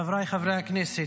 חבריי חברי הכנסת,